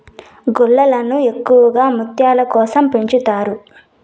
గుల్లలను ఎక్కువగా ముత్యాల కోసం పెంచుతారు